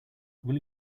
will